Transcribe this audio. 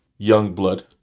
Youngblood